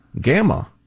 Gamma